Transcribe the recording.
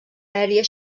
aèria